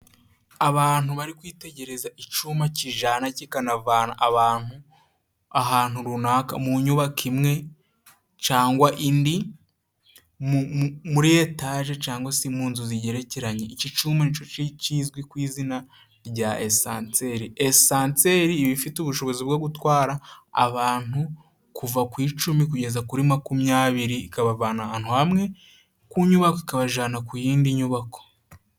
Abantu bari kwitegereza icuma kijana kikanavana abantu ahantu runaka mu nyubako imwe cangwa indi muri etaje cangwa se mu nzu zigerekeranye ,iki cuma kizwi ku izina rya esanseri, esanseri iba ifite ubushobozi bwo gutwara abantu kuva ku icumi kugeza kuri makumyabiri, ikabavana ahantu hamwe ku nyubako ikabajana ku yindi nyubako.